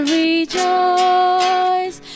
rejoice